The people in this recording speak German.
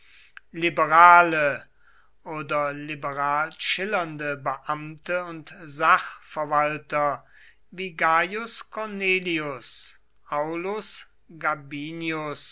liberale oder liberal schillernde beamte und sachverwalter wie gaius cornelius aulus gabinius